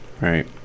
Right